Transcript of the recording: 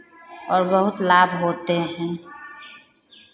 और बहुत लाभ होते हैं